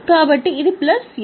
కాబట్టి ఇది ప్లస్ 700